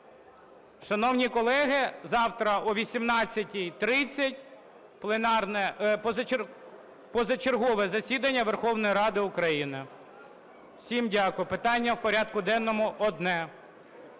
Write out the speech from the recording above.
Шановні колеги, завтра о 18:30 – позачергове засідання Верховної Ради України. Всім дякую. Питання в порядку денному одне.